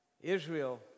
Israel